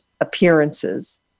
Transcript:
appearances